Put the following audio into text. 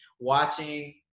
Watching